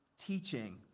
teaching